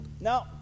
No